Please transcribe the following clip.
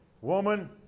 woman